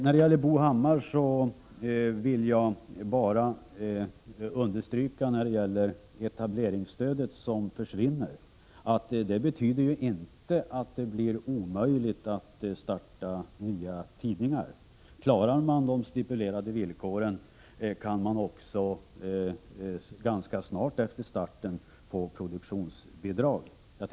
Med anledning av Bo Hammars inlägg vill jag bara understryka att när etableringsstödet försvinner, så betyder det ju inte att det blir omöjligt att starta nya tidningar. Klarar man de stipulerade villkoren, kan man också ganska snart efter starten få produktionsbidrag.